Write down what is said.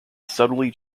subtly